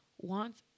wants